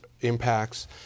impacts